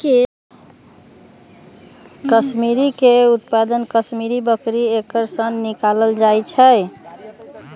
कस्मिरीके उत्पादन कस्मिरि बकरी एकर सन निकालल जाइ छै